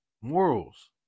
morals